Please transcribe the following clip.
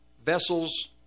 Vessels